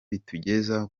bitugeza